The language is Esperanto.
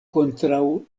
kontraŭ